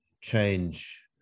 change